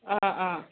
অঁ অঁ